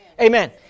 Amen